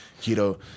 keto